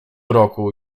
roku